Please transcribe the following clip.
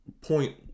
point